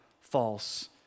false